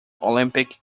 olympic